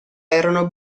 erano